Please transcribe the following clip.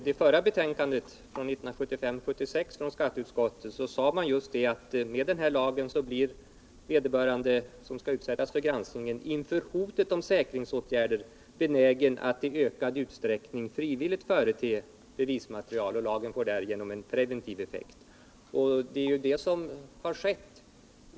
Herr talman! I skatteutskottets förra betänkande, från 1975/76, sade man just att vederbörande, som skall utsättas för granskningen, med den här lagen ”inför hotet om säkringsåtgärder blir benägen att i ökad utsträckning frivilligt förete bevismaterial och att lagstiftningen därigenom kommer att få en betydelsefull preventiv effekt”. Det är ju det som har skett.